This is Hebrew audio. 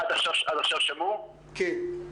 חייבים לתת למורים האלה הדרכה,